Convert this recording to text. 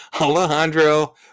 alejandro